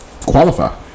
qualify